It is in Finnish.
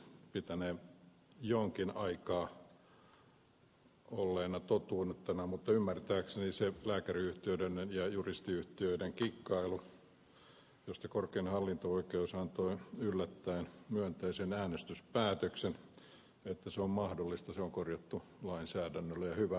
se pitänee jonkin aikaa olleena totuutena mutta ymmärtääkseni se lääkäriyhtiöiden ja juristiyhtiöiden kikkailu josta korkein hallinto oikeus antoi yllättäen myönteisen äänestyspäätöksen että se on mahdollista on korjattu lainsäädännöllä ja hyvä onkin